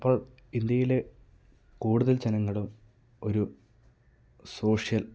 അപ്പോൾ ഇന്ത്യയിലെ കൂടുതൽ ജനങ്ങളും ഒരു സോഷ്യൽ